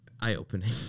eye-opening